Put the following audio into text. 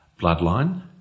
bloodline